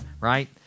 Right